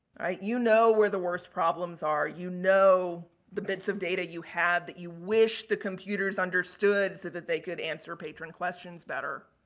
right? you know where the worst problems are. you know the bits of data you had that you wish the computers understood so that they could answer patron questions better.